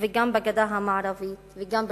גם בגדה המערבית וגם ברצועת-עזה,